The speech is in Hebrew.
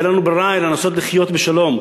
ואין לנו ברירה אלא לנסות לחיות בשלום.